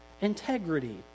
integrity